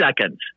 seconds